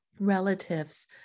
relatives